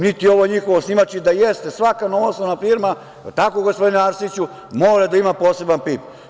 Niti je ovo njihov osnivač, i da jeste, svaka novoosnovana firma, je li tako, gospodine Arsiću, mora da ima poseban PIB.